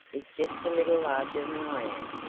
is just a little larger than i am,